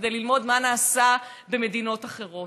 כדי ללמוד מה נעשה במדינות אחרות.